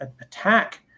attack